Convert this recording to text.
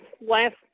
last